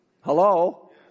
Hello